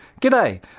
G'day